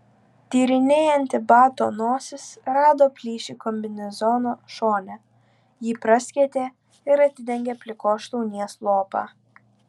tyrinėjanti bato nosis rado plyšį kombinezono šone jį praskėtė ir atidengė plikos šlaunies lopą